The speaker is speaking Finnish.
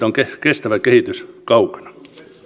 on kestävä kehitys kaukana